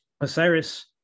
Osiris